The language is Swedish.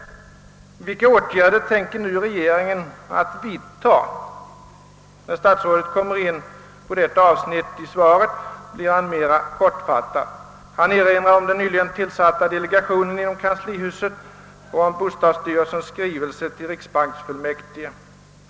Vilka åtgärder tänker nu regeringen vidta? När statsrådet kommer in på detta avsnitt blir han mera kortfattad. Han erinrar om den nyligen tillsatta delegationen inom kanslihuset och om bostadsstyrelsens skrivelse till riksbanksfullmäktige.